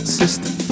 system